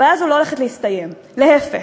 הבעיה הזאת לא הולכת להסתיים, להפך,